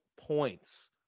points